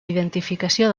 identificació